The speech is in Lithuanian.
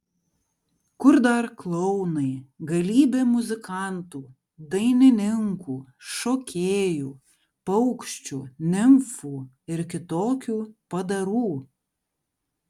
kur dar klounai galybė muzikantų dainininkų šokėjų paukščių nimfų ir kitokių padarų